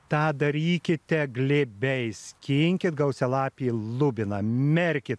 tą darykite glėbiais skinkit gausialapį lubiną merkit